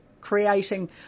creating